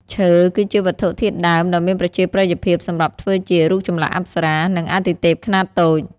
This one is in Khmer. ឈើ គឺជាវត្ថុធាតុដើមដ៏មានប្រជាប្រិយភាពសម្រាប់ធ្វើជា រូបចម្លាក់អប្សរា និងអាទិទេពខ្នាតតូច។